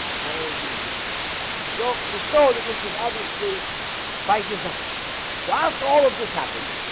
and all of the egyptians died so to show that this is obviously by design so after all of this happened